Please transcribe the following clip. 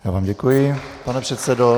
Já vám děkuji, pane předsedo.